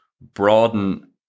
broaden